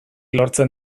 lortzen